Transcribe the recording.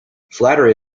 flattery